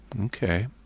Okay